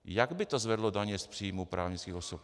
Jak by to zvedlo daně z příjmů právnických osob?